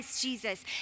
Jesus